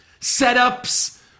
setups